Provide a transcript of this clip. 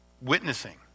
witnessing